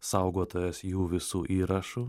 saugotojas jų visų įrašų